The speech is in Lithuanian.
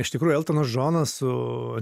iš tikrųjų eltonas džonas su